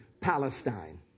Palestine